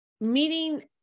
meeting